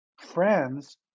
friends